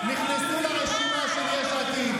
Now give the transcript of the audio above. גם אתה, טופורובסקי.